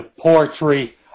poetry